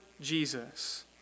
Jesus